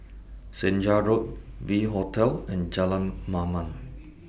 Senja Road V Hotel and Jalan Mamam